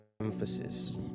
emphasis